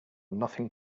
nothing